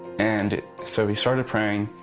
and so he started praying.